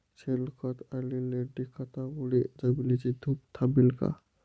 शेणखत आणि लेंडी खतांमुळे जमिनीची धूप थांबेल का?